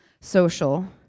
Social